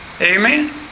Amen